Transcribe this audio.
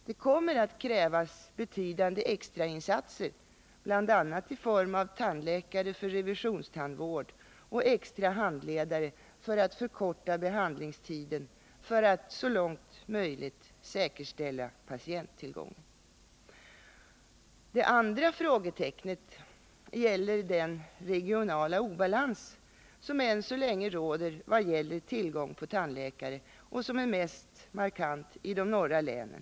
Det kommer att krävas betydande extrainsatser, bl.a. i form av tandläkare för revisionstandvård och extra handledare för att förkorta behandlingstiden för att så långt möjligt säkerställa patienttillgången. Det andra frågetecknet gäller den regionala obalans som än så länge råder vad gäller tillgång på tandläkare och som är mest markant i de norra länen.